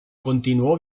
continuó